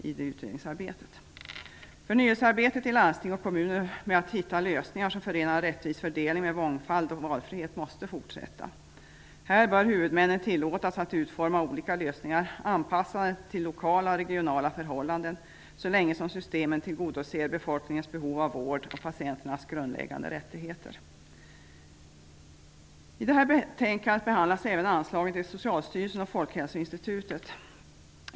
Förnyelsearbetet i landsting och kommuner med att hitta lösningar som förenar rättvis fördelning med mångfald och valfrihet måste fortsätta. Här bör huvudmännen tillåtas att utforma olika lösningar anpassade till lokala och regionala förhållanden, så länge systemen tillgodoser befolkningens behov av vård och patienternas grundläggande rättigheter. I detta betänkande behandlas även anslagen till Socialstyrelsen och Folkhälsoinstitutet.